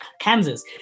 Kansas